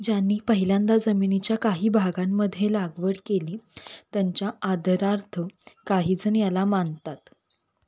ज्यांनी पहिल्यांदा जमिनीच्या काही भागांमध्ये लागवड केली त्यांच्या आदरार्थ काहीजण याला मानतात